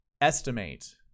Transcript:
estimate